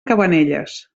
cabanelles